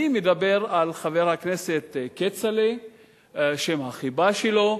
אני מדבר על חבר הכנסת כצל'ה, שם החיבה שלו.